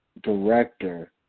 director